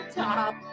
top